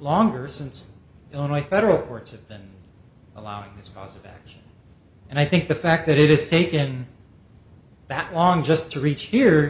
longer since illinois federal courts have been allowing it's possible and i think the fact that it is taken that long just to reach here